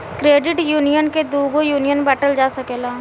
credit union के दुगो union में बॉटल जा सकेला